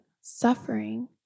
suffering